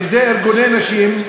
שזה ארגוני נשים,